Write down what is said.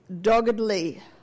doggedly